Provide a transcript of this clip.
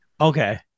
Okay